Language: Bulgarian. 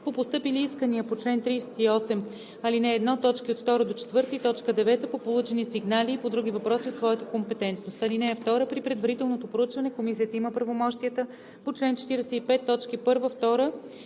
по постъпили искания по чл. 38, ал. 1, т. 2-4 и т. 9, по получени сигнали и по други въпроси от своята компетентност. (2) При предварителното проучване Комисията има правомощията по чл. 45, т. 1, 2